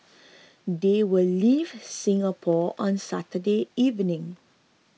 they will leave Singapore on Saturday evening